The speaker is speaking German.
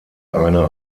eine